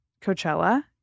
coachella